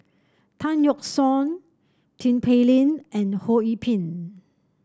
Tan Yeok Seong Tin Pei Ling and Ho Yee Ping